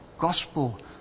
gospel